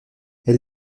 elle